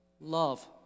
love